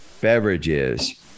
beverages